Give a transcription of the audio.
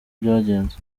byagenze